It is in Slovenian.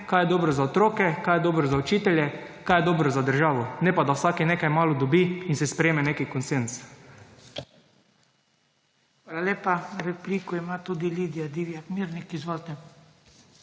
kaj je dobro za otroke, kaj je dobro za učitelje, kaj je dobro za državo, ne pa da vsak nekaj malo dobi in se sprejme nek konsenz.